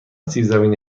سیبزمینی